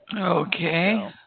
Okay